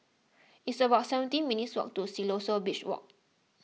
it's about seventeen minutes' walk to Siloso Beach Walk